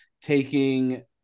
taking